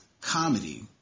comedy